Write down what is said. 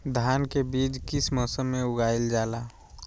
धान के बीज किस मौसम में उगाईल जाला?